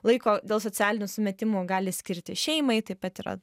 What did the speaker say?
laiko dėl socialinių sumetimų gali skirti šeimai taip pat yra